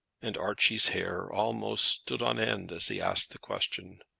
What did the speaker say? and archie's hair almost stood on end as he asked the question.